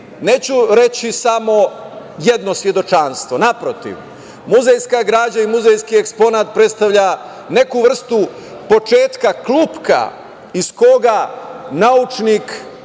neću reći, samo jedno svedočanstvo, naprotiv, muzejska građa i muzejski eksponat predstavlja neku vrstu početka klupka iz koga naučnik,